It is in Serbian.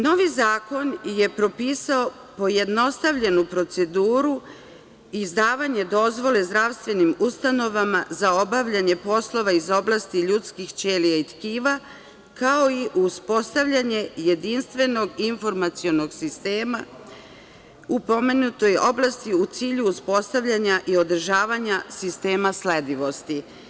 Novi zakon je propisao pojednostavljenu proceduru, izdavanje dozvole zdravstvenim ustanovama za obavljanje poslova iz oblasti ljudskih ćelija i tkiva, kao i uspostavljanje jedinstvenog informacionog sistema u pomenutoj oblasti, u cilju uspostavljanja i održavanja sistema sledivosti.